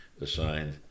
assigned